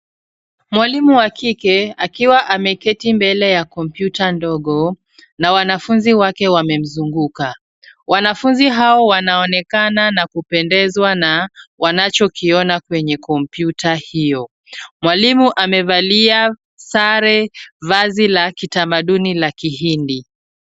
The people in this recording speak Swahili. Mwalimu wa kike akiwa ameketi mbele ya kompyuta ndogo na wanafunzi wake wamemzunguka. Wanafunzi hao wanaonekana na kupendezwa na wanachokiona kwenye kompyuta hiyo. Mwalimu amevalia sare, vazi la kitamaduni la kihindi.